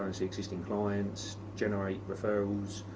see existing clients, generate referrals,